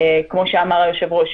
כמו שאמר היושב-ראש,